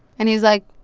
and he's like,